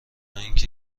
اینکه